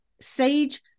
sage